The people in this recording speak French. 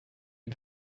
une